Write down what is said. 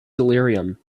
delirium